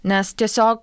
nes tiesiog